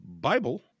Bible